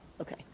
Okay